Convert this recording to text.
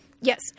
Yes